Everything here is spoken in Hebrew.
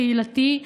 קהילתי,